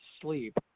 sleep